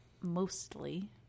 mostly